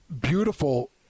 Beautiful